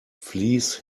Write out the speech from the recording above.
fleece